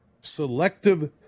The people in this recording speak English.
selective